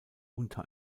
unter